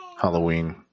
Halloween